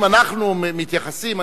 אם אנחנו מתייחסים,